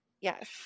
Yes